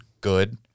Good